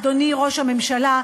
אדוני ראש הממשלה,